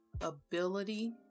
ability